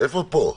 איפה פה?